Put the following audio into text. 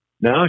no